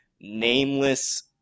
nameless